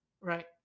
Right